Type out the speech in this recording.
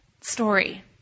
story